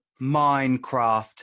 minecraft